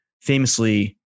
famously